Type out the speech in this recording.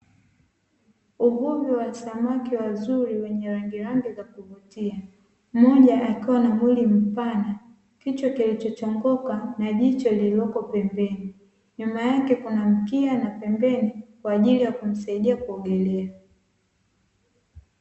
Uvuvi wa samaki wazuri wenye rangirangi za kuvutia mmoja akiwa na mwili mpana, kichwa kilichochongoka na jicho lililopo pembeni, nyuma yake kuna mkia na pembeni kwa ajili ya kumsaidia kuogelea.